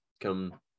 Come